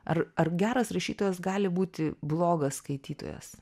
ar ar geras rašytojas gali būti blogas skaitytojas